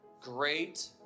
great